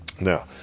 Now